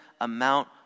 amount